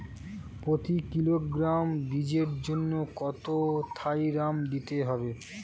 প্রতি কিলোগ্রাম বীজের জন্য কত থাইরাম দিতে হবে?